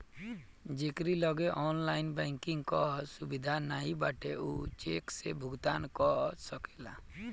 जेकरी लगे online banking कअ सुविधा नाइ बाटे उ चेक से भुगतान कअ सकेला